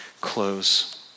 close